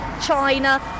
China